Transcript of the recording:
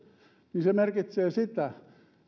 niin se merkitsee sitä